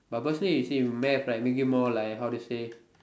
purposely you see math like make you more like how to say